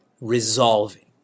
resolving